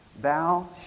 Thou